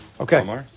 Okay